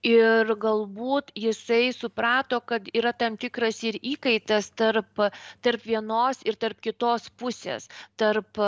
ir galbūt jisai suprato kad yra tam tikras ir įkaitas tarp tarp vienos ir tarp kitos pusės tarp